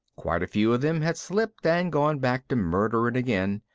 quite a few of them had slipped and gone back to murdering again,